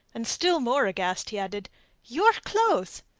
and still more aghast he added your clothes?